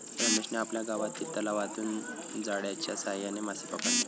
रमेशने आपल्या गावातील तलावातून जाळ्याच्या साहाय्याने मासे पकडले